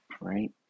right